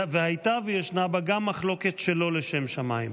והייתה וישנה בה גם מחלוקת שלא לשם שמיים.